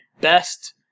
best